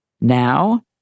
Now